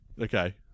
Okay